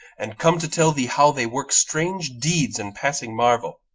and come to tell thee how they work strange deeds and passing marvel.